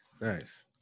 Nice